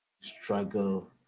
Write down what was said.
struggle